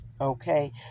Okay